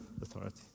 authority